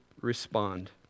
respond